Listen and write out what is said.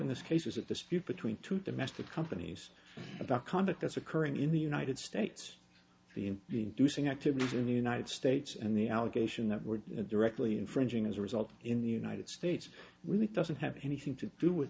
in this case is a dispute between two domestic companies about conduct that's occurring in the united states in enthusing activities in the united states and the allegation that we're directly infringing as a result in the united states with a thousand have anything to do with